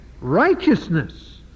Righteousness